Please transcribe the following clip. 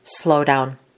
slowdown